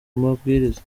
amabwiriza